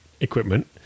equipment